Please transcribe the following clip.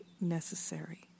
necessary